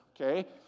okay